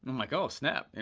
i'm like, oh snap, and